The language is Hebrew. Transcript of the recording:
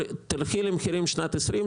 לכי למחירים בשנת 20',